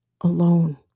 alone